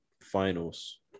Finals